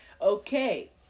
Okay